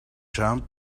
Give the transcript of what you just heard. jump